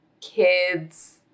kids –